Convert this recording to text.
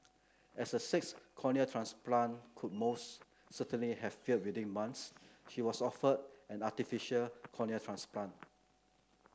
as a sixth cornea transplant would most certainly have failed within months she was offered an artificial cornea transplant